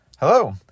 Hello